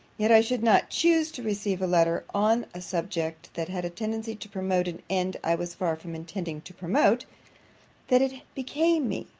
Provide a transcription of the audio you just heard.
yet i should not choose to receive a letter on a subject that had a tendency to promote an end i was far from intending to promote that it became me,